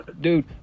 Dude